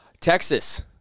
Texas